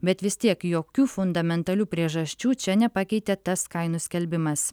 bet vis tiek jokių fundamentalių priežasčių čia nepakeitė tas kainų skelbimas